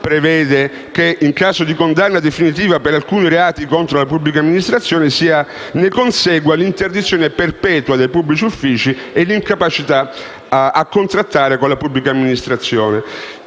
prevede che, in caso di condanna definitiva per alcuni reati contro la pubblica amministrazione, ne consegua l'interdizione perpetua dai pubblici uffici e l'incapacità perpetua a contrattare con la pubblica amministrazione.